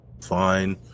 fine